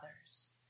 others